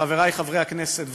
וחברי חברי הכנסת,